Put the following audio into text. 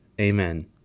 Amen